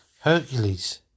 Hercules